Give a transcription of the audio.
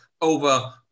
over